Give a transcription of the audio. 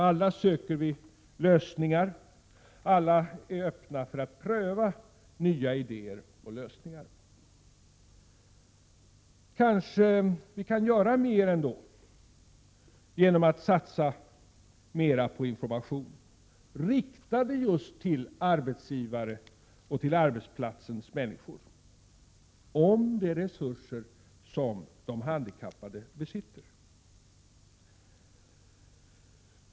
Alla söker vi lösningar, alla är vi öppna för att pröva nya idéer och lösningar. Kanske vi kan göra mer genom att satsa mer på information, riktad just till arbetsgivare och till arbetsplatsernas människor, om de resurser som de handikappade besitter.